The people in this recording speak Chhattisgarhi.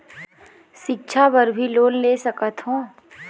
सिक्छा बर भी लोन ले सकथों?